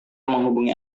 menghubungi